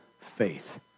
faith